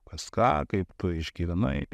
kas ką kaip tu išgyvenai